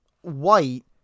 white